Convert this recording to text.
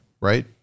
right